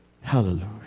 Hallelujah